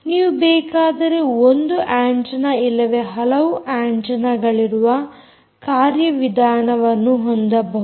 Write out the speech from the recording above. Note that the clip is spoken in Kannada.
ನೀವು ಬೇಕಾದರೆ ಒಂದು ಆಂಟೆನ್ನ ಇಲ್ಲವೇ ಹಲವು ಆಂಟೆನ್ನಗಳಿರುವ ಕಾರ್ಯವಿಧಾನವನ್ನು ಹೊಂದಬಹುದು